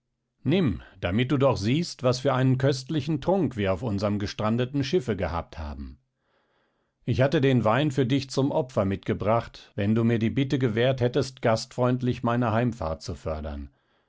nimm damit du doch siehst was für einen köstlichen trunk wir auf unserm gestrandeten schiffe gehabt haben ich hatte den wein für dich zum opfer mitgebracht wenn du mir die bitte gewährt hättest gastfreundlich meine heimfahrt zu fördern